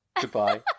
Goodbye